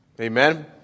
Amen